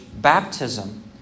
baptism